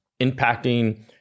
impacting